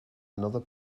another